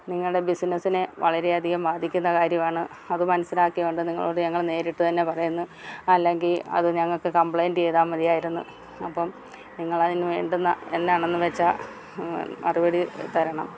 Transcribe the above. നിങ്ങളുടെ ബിസിനസിനെ വളരെയധികം ബാധിക്കുന്ന കാര്യമാണ് അത് മനസിലാക്കി കൊണ്ട് നിങ്ങളോട് ഞങ്ങൾ നേരിട്ട് തന്നെ പറയുന്നു അല്ലെങ്കിൽ അത് ഞങ്ങൾക്ക് കംപ്ലെയിൻ്റ് ചെയ്താൽ മതിയായിരുന്നു അപ്പം നിങ്ങൾ അതിനുവേണ്ടുന്ന എന്താണെന്നു വച്ചാൽ മറുപടി തരണം